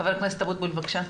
ח"כ אבוטבול בבקשה.